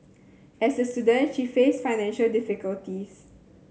as a student she faced financial difficulties